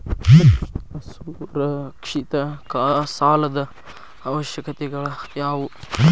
ಅಸುರಕ್ಷಿತ ಸಾಲದ ಅವಶ್ಯಕತೆಗಳ ಯಾವು